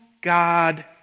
God